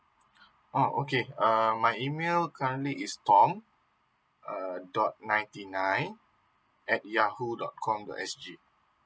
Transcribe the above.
oh okay um my email currently is tom err dot ninety nine at yahoo dot com dot S G